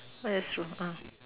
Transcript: uh that's true uh